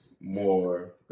more